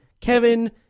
Kevin